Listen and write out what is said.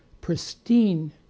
pristine